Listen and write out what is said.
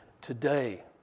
today